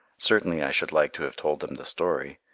certainly, i should like to have told them the story.